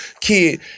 kid